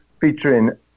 featuring